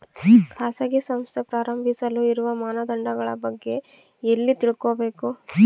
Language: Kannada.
ಖಾಸಗಿ ಸಂಸ್ಥೆ ಪ್ರಾರಂಭಿಸಲು ಇರುವ ಮಾನದಂಡಗಳ ಬಗ್ಗೆ ಎಲ್ಲಿ ತಿಳ್ಕೊಬೇಕು?